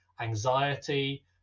anxiety